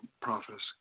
prophets